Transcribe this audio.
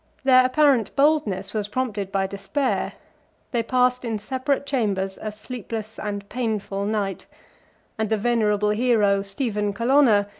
their apparent boldness was prompted by despair they passed in separate chambers a sleepless and painful night and the venerable hero, stephen colonna,